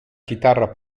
chitarra